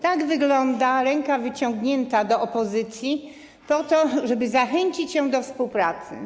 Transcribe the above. Ta wygląda ręka wyciągnięta do opozycji po to, żeby zachęcić ją do współpracy.